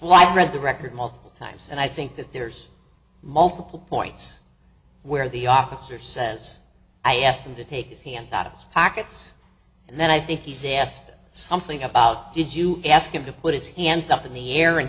like read the record multiple times and i think that there's multiple points where the officer says i asked him to take his hands out of his pockets and then i think he asked something about did you ask him to put his hands up in the air and